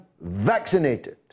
vaccinated